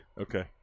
Okay